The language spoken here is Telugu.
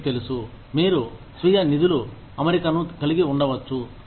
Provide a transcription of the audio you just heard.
మీకు తెలుసు మీరు స్వీయ నిధులు అమరికను కలిగి ఉండవచ్చు